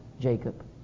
Jacob